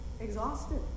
exhausted